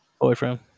Boyfriend